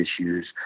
issues